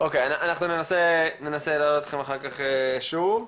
ננסה להעלות אתכם אחר כך שוב.